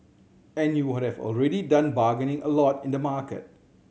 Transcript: and you would have already done bargaining a lot in the market